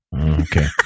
okay